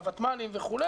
הוותמ"לים וכו',